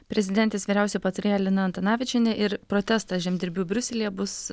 prezidentės vyriausioji patarėja lina antanavičienė ir protestas žemdirbių briuselyje bus